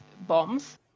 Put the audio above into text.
bombs